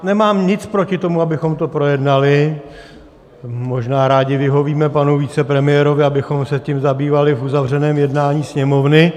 Nemám nic proti tomu, abychom to projednali, možná rádi vyhovíme panu vicepremiérovi, abychom se tím zabývali v uzavřeném jednání Sněmovny.